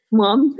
mom